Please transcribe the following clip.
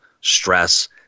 stress